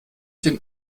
den